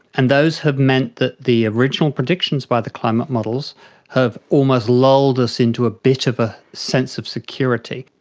and those have meant that the original predictions by the climate models have almost lulled us into a bit of a sense of security.